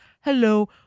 hello